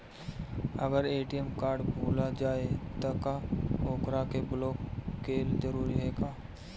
अगर ATM card भूला जाए त का ओकरा के बलौक कैल जरूरी है का?